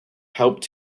helped